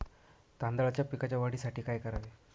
तांदळाच्या पिकाच्या वाढीसाठी काय करावे?